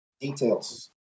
details